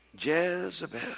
Jezebel